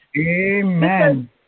Amen